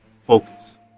Focus